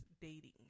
dating